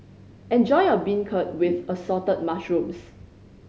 enjoy your beancurd with Assorted Mushrooms